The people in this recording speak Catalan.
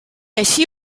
així